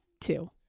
two